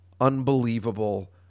unbelievable